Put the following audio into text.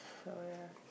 so ya